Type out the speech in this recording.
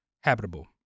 habitable